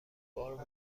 بار